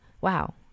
wow